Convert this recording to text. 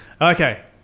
Okay